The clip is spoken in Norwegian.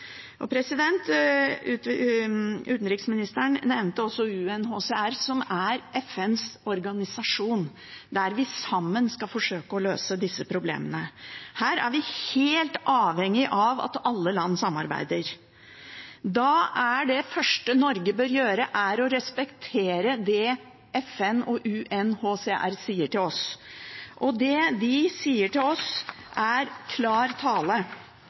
Utenriksministeren nevnte også UNHCR, som er FNs organisasjon, der vi sammen skal forsøke å løse disse problemene. Her er vi helt avhengig av at alle land samarbeider. Da er det første Norge bør gjøre, å respektere det FN og UNHCR sier til oss. Og det de sier til oss, er klar tale: